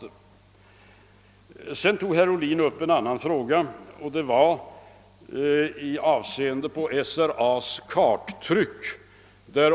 Herr Ohlin tog vidare upp en annan fråga som gällde SRA:s karttryck.